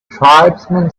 tribesman